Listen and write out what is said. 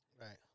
Right